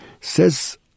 says